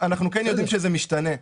אנחנו כן יודעים שזה משתנה,